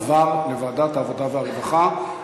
עבר לוועדת העבודה והרווחה.